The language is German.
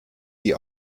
die